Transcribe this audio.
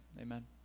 Amen